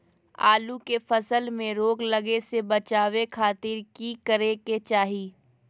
आलू के फसल में रोग लगे से बचावे खातिर की करे के चाही?